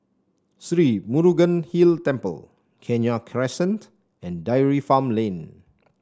Sri Murugan Hill Temple Kenya Crescent and Dairy Farm Lane